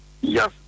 Yes